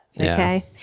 Okay